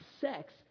Sex